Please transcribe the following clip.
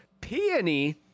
peony